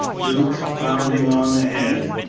duke bounding on ahead.